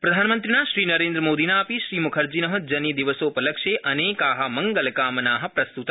प्रधानमन्त्रिणा श्रीनरेन्द्रमोदिना अपि श्रीमुखर्जिन जनिदिवसोपलक्ष्ये अनेका मंगलकामना प्रस्तुता